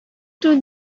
through